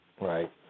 right